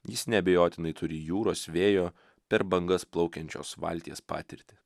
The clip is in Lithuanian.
jis neabejotinai turi jūros vėjo per bangas plaukiančios valties patirtį